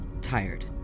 tired